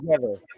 together